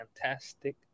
fantastic